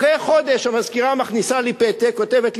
אחרי חודש המזכירה מכניסה לי פתק וכותבת לי: